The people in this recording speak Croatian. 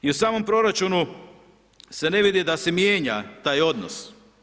I u samom proračunu se ne vidi da se mijenja taj odnos.